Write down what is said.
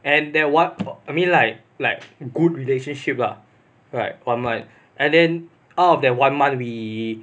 and that one mo~ I mean like like good relationship lah like one month and then out of that one month we